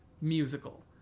musical